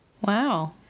Wow